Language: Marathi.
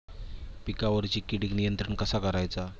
पिकावरची किडीक नियंत्रण कसा करायचा?